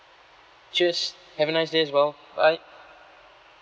cheers have a nice day as well bye